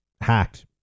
hacked